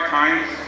times